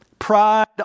Pride